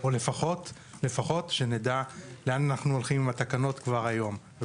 או לפחות שנדע לאן אנחנו הולכים עם התקנות כבר היום.